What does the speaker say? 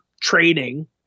training